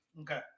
Okay